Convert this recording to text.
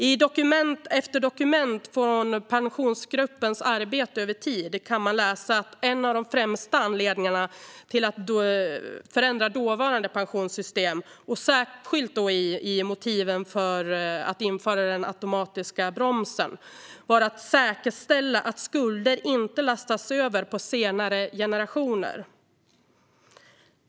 I dokument efter dokument från Pensionsgruppens arbete över tid kan man läsa att en av de främsta anledningarna till att förändra dåvarande pensionssystem, och då särskilt i motiven för att införa den automatiska bromsen, var att säkerställa att skulder inte lastades över på senare generationer.